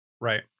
Right